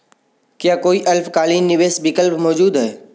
क्या कोई अल्पकालिक निवेश विकल्प मौजूद है?